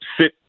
sit